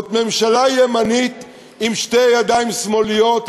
זאת ממשלה ימנית עם שתי ידיים שמאליות,